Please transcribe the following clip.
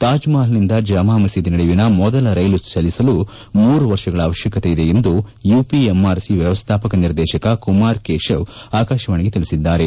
ತಾಜ್ಮಪಲ್ನಿಂದ ಜಾಮಾ ಮಸೀದಿ ನಡುವಿನ ಮೊದಲ ರೈಲು ಚಲಿಸಲು ಮೂರು ವರ್ಷಗಳ ಅವಶ್ಯಕತೆ ಇದೆ ಎಂದು ಯುಪಿಎಂಆರ್ಸಿ ವ್ಯವಸ್ಟಾಪಕ ನಿರ್ದೇಶಕ ಕುಮಾರ್ ಕೇಶವ್ ಆಕಾಶವಾಣಿಗೆ ತಿಳಿಸಿದ್ದಾರೆ